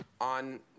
on